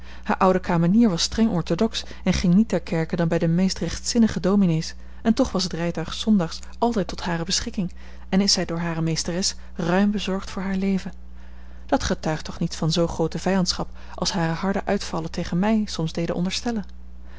oude kamenier was streng orthodox en ging niet ter kerke dan bij de meest rechtzinnige dominés en toch was het rijtuig zondags altijd tot hare beschikking en is zij door hare meesteres ruim bezorgd voor haar leven dat getuigt toch niet van zoo groote vijandschap als hare harde uitvallen tegen mij soms deden onderstellen